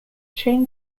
chain